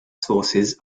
sources